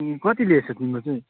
ए कति ल्याएछ तिम्रो चाहिँ